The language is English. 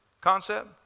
concept